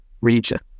region